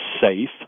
safe